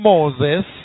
Moses